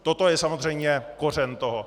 Toto je samozřejmě kořen toho.